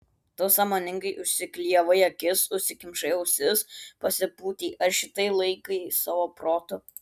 tu sąmoningai užsiklijavai akis užsikimšai ausis pasipūtei ar šitai laikai savo protu